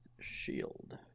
shield